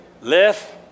left